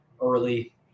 early